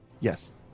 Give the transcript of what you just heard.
Yes